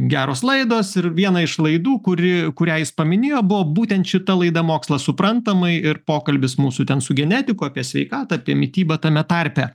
geros laidos ir vieną iš laidų kuri kurią jis paminėjo buvo būtent šita laida mokslas suprantamai ir pokalbis mūsų ten su genetiku apie sveikatą apie mitybą tame tarpe